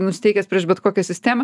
nusiteikęs prieš bet kokią sistemą